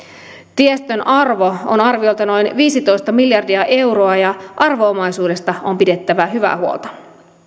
tiestön arvo on arviolta noin viisitoista miljardia euroa ja arvo omaisuudesta on pidettävä hyvää huolta